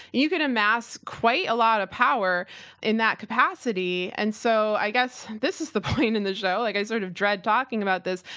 you can amass quite a lot of power in that capacity, and so i guess this is the point in the show, like i kind sort of dread talking about this,